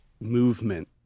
movement